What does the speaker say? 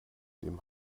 dem